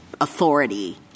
authority